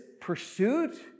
pursuit